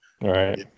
Right